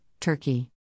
Turkey